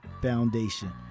foundation